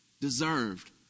deserved